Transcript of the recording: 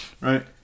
right